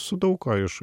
su daug ko iš